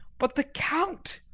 but the count!